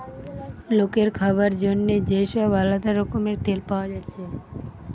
লোকের খাবার জন্যে যে সব আলদা রকমের তেল পায়া যাচ্ছে